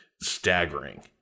staggering